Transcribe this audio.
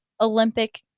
Olympic